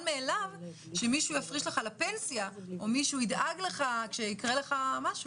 מאליו שמישהו יפריש לך לפנסיה או שמישהו ידאג לך כשיקרה לך משהוא.